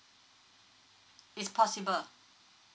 is possible